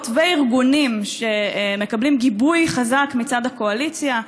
וארגונים שמקבלים גיבוי חזק מצד הקואליציה,